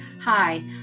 Hi